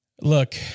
look